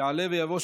יעלה ויבוא.